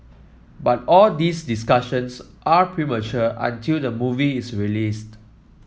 but all these discussions are premature until the movie is released